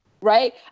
right